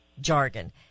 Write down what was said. jargon